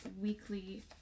weekly